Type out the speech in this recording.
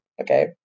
Okay